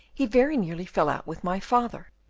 he very nearly fell out with my father,